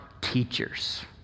teachers